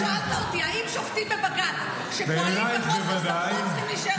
האם שופטים בבג"ץ שפועלים בחוסר סמכות צריכים להישאר שם?